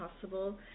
possible